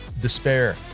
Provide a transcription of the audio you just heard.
despair